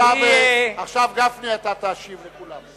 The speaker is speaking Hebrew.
עכשיו, גפני, אתה תשיב לכולם.